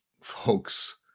folks